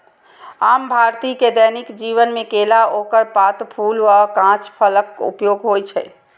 आम भारतीय के दैनिक जीवन मे केला, ओकर पात, फूल आ कांच फलक उपयोग होइ छै